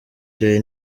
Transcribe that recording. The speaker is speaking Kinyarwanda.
day